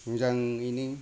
मोजाङैनो